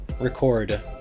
record